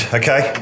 okay